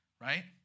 right